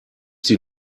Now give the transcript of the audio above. sie